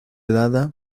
dada